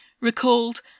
recalled